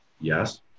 Yes